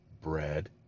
Bread